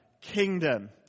kingdom